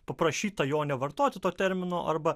paprašyta jo nevartoti to termino arba